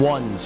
One